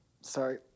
Sorry